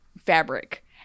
fabric